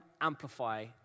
amplify